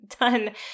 done